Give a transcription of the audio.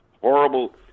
horrible